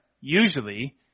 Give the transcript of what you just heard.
Usually